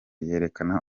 yerekana